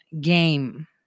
game